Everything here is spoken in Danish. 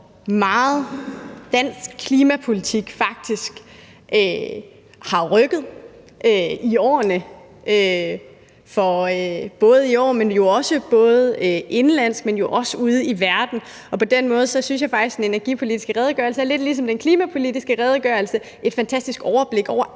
hvor meget dansk klimapolitik faktisk har rykket i årene, både indenlandsk, men jo også ude i verden. På den måde synes jeg faktisk, at den energipolitiske redegørelse lidt ligesom den klimapolitiske redegørelse er et fantastisk overblik over